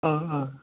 ओ ओ